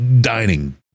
Dining